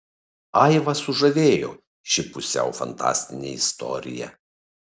aivą sužavėjo ši pusiau fantastinė istorija